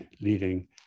leading